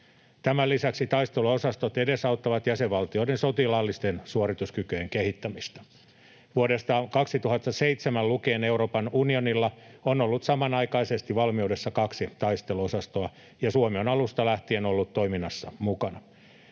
Tämän lisäksi taisteluosastot edesauttavat jäsenvaltioiden sotilaallisten suorituskykyjen kehittämistä. Vuodesta 2007 lukien Euroopan unionilla on ollut samanaikaisesti valmiudessa kaksi taisteluosastoa, ja Suomi on alusta lähtien ollut toiminnassa mukana.